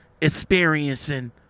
experiencing